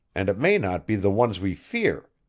and it may not be the ones we fear.